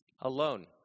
alone